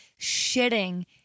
shitting